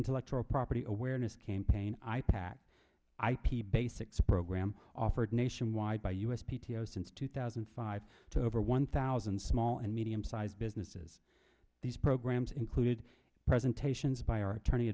intellectual property awareness campaign aipac i p basics program offered nationwide by u s p t o since two thousand and five to over one thousand small and medium sized businesses these programs included presentations by our attorney